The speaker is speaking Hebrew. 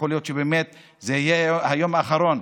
ויכול להיות שבאמת זה יהיה היום האחרון.